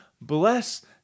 bless